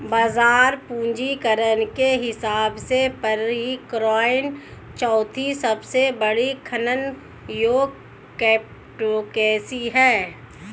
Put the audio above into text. बाजार पूंजीकरण के हिसाब से पीरकॉइन चौथी सबसे बड़ी खनन योग्य क्रिप्टोकरेंसी है